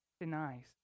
denies